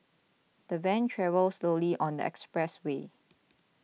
the van travelled slowly on the expressway